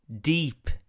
Deep